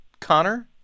Connor